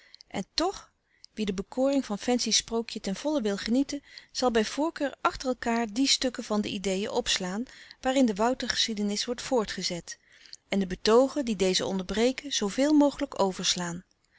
en tch wie de bekoring van fancy's sprookje ten volle wil genieten zal bij voorkeur achter elkaar die stukken van de ideen opslaan waarin de woutergeschiedenis wordt voortgezet en de betoogen die deze onderbreken zooveel mogelijk overslaan